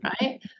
right